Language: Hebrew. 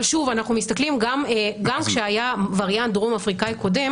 אבל גם כשהיה וריאנט דרום אפריקאי קודם